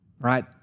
right